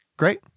Great